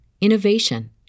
innovation